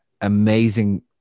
amazing